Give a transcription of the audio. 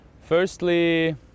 Firstly